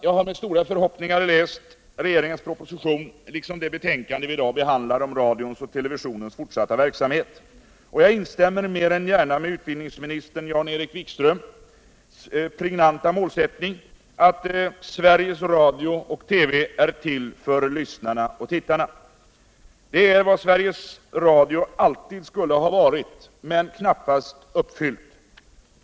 Jag har med stora förhoppningar läst regeringens proposition liksom det betänkande vi i dag behandlar om radions och televisionens fortsatta verksamhet. Och jag instämmer mer än gärna i utbildningsminister Jan-Erik Wikströms pregnanta målsättning att ”Sveriges radio och TV är till Radions och televisionens fortsatta för lyssnarna och tittarna”. Det är vad Sveriges Radio alltid skulle ha varit men knappast varit.